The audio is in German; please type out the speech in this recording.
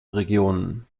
regionen